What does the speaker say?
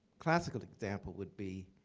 classical example would be